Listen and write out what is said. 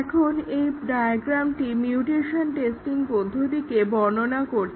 এখন এই ডায়াগ্রামটি মিউটেশন টেস্টিং পদ্ধতিটিকে বর্ণনা করছে